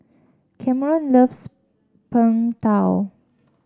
Kameron loves Png Tao